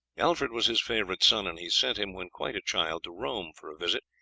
alfred was his favourite son, and he sent him, when quite a child, to rome for a visit.